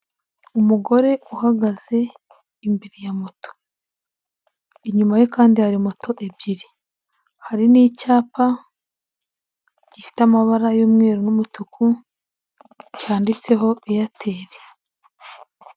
Umugore uhagaze imbere ya moto, inyuma ye kandi hari moto ebyiri, hari n'icyapa gifite amabara y'umweru n'umutuku cyanditseho Airtel.